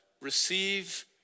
receive